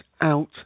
out